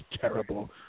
terrible